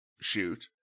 shoot